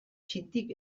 txintik